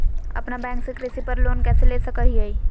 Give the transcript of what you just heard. अपना बैंक से कृषि पर लोन कैसे ले सकअ हियई?